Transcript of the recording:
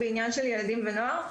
בעניין של ילדים ונוער.